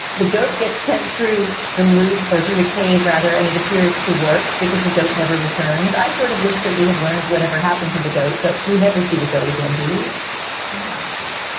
the goat gets sent through the loop or through the cave, rather, and it appears to work because the goat never returns. i sort of wish that we had learned whatever happened to the goat, but we never see the goat again, we? i don't think so.